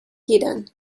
hidden